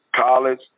college